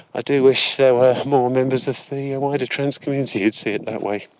ah do wish there were more members of the, ah, wider trans community who would see it that way.